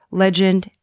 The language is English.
legend,